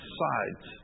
sides